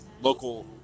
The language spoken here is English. local